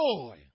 joy